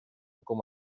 como